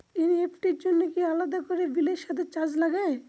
NEFT র জন্য কি আলাদা করে বিলের সাথে চার্জ লাগে?